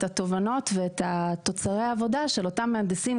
התובנות ואת תוצרי העבודה של אותם מהנדסים,